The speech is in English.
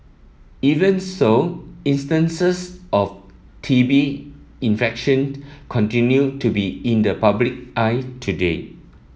even so instances of T B infection continue to be in the public eye today